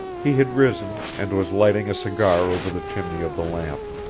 he had risen, and was lighting a cigar over the chimney of the lamp.